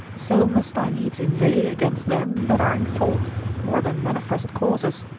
so must i needs inveigh against them that are in fault, more than manifest causes,